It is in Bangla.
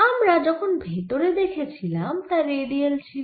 আমরা যখন ভেতরে দেখেছিলাম তা রেডিয়াল ছিল